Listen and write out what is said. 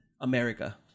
America